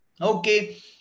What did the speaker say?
Okay